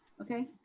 okay?